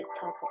top